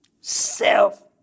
self